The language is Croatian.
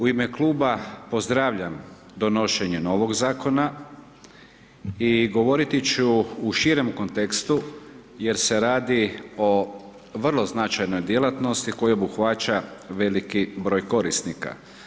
U ime kluba pozdravljam donošenje novog zakona i govoriti ću u širem kontekstu jer se radi o vrlo značajnoj djelatnosti koja obuhvaća veliki broj korisnika.